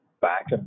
back